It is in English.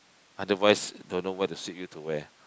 otherwise don't know where to sweep you to where